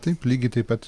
taip lygiai taip pat